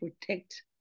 protect